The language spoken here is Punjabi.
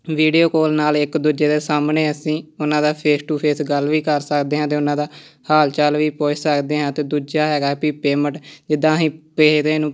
ਵੀਡੀਓ ਕੋਲ ਨਾਲ ਇੱਕ ਦੂਜੇ ਦੇ ਸਾਹਮਣੇ ਅਸੀਂ ਉਹਨਾਂ ਦਾ ਫੇਸ ਟੂ ਫੇਸ ਗੱਲ ਵੀ ਕਰ ਸਕਦੇ ਹਾਂ ਅਤੇ ਉਹਨਾਂ ਦਾ ਹਾਲ ਚਾਲ ਵੀ ਪੁੱਛ ਸਕਦੇ ਹਾਂ ਅਤੇ ਦੂਜਾ ਹੈਗਾ ਵੀ ਪੇਮੈਂਟ ਜਿੱਦਾਂ ਅਸੀਂ ਪੈਸੇ ਦੇਣ ਨੂੰ